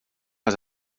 les